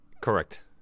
Correct